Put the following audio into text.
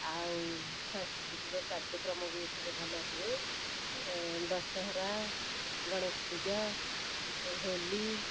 ଆଉ ସାଂସ୍କୃତିକ କାର୍ଯ୍ୟକ୍ରମ ବି ଏଠାରେ ଭଲ ହୁଏ ଦଶହରା ଗଣେଷପୂଜା ହୋଲି